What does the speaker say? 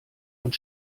und